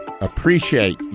appreciate